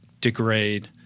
degrade